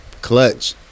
Clutch